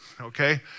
Okay